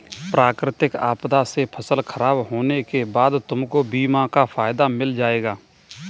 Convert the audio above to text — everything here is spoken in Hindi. प्राकृतिक आपदा से फसल खराब होने के बाद तुमको बीमा का फायदा मिल जाएगा